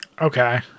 Okay